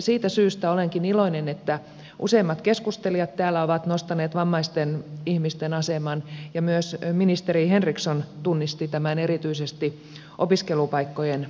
siitä syystä olenkin iloinen että useimmat keskustelijat täällä ovat nostaneet esille vammaisten ihmisten aseman ja myös ministeri henriksson tunnisti tämän erityisesti opiskelupaikkojen saamisessa